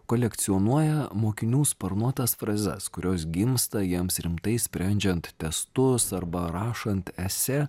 kolekcionuoja mokinių sparnuotas frazes kurios gimsta jiems rimtai sprendžiant testus arba rašant esė